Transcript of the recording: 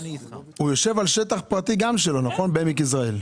הוא יושב על שטח פרטי שלו בעמק יזרעאל?